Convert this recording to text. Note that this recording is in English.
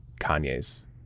Kanye's